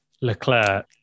Leclerc